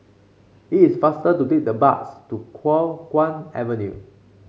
it is faster to take the bus to Kuo Chuan Avenue